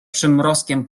przymrozkiem